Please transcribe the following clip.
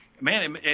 man